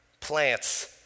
plants